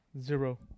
zero